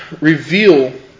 reveal